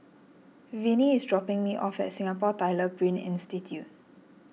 Vinie is dropping me off at Singapore Tyler Print Institute